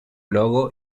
logo